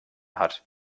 hat